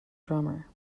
drummer